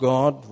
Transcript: God